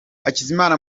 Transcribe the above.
hakizimana